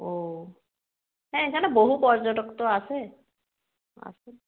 ও হ্যাঁ এখানে বহু পর্যটক তো আসে আসবেন